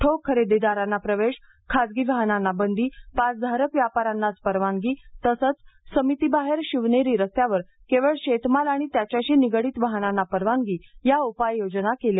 ठोक खरेदीदारांना प्रवेश खासगी वाहनांना बंदी पासधारक व्यापारांनाच परवानगी तसंच समितीबाहेर शिवनेरी रस्त्यावर केवळ शेतमाल आणि त्याच्याशी निगडीत वाहनांना परवानगी या उपाययोजना केल्या